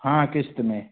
हाँ क़िस्त में